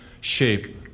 shape